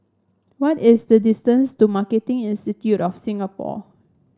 what is the distance to Marketing Institute of Singapore